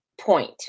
point